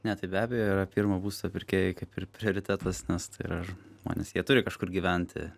ne tai be abejo yra pirmo būsto pirkėjai kaip ir prioritetas nes tai yra žmonės jie turi kažkur gyventi